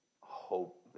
hope